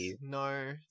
No